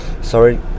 sorry